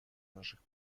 наших